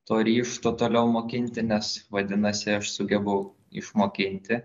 to ryžto toliau mokinti nes vadinasi aš sugebu išmokinti